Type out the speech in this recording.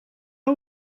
are